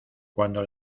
cuando